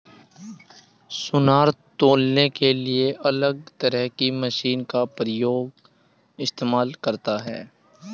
सुनार तौलने के लिए अलग तरह की मशीन का इस्तेमाल करता है